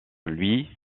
lui